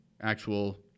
actual